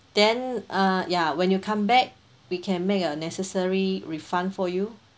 then uh ya when you come back we can make a necessary refund for you